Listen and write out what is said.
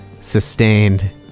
sustained